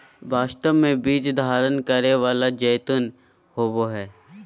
वास्तव में बीज धारण करै वाला जैतून होबो हइ